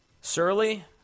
Surly